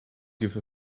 give